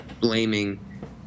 blaming